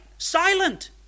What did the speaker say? Silent